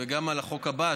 גם על החוק הבא,